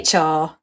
HR